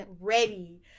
ready